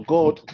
God